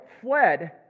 fled